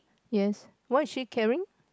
yes what is she carrying